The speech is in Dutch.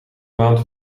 maand